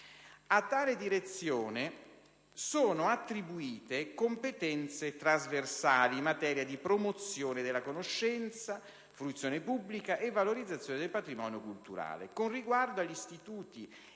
A tale Direzione sono attribuite competenze trasversali in materia di promozione della conoscenza, fruizione pubblica e valorizzazione del patrimonio culturale,